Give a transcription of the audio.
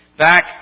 Back